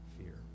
fear